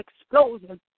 explosion